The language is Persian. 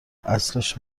اصلش